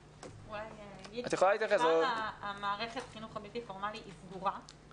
ככלל מערכת החינוך הבלתי פורמלי סגורה,